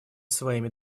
своими